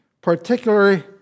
particularly